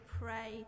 pray